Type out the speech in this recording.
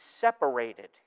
separated